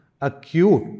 acute